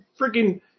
freaking